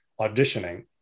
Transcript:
auditioning